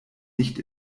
nicht